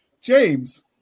James